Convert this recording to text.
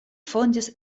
fondis